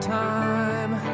time